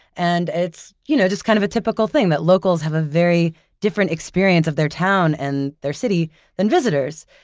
and it's you know just kind of a typical thing that locals have a very different experience of their town and their city than visitors,